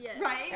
Right